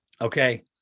okay